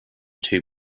two